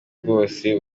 bwose